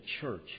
Church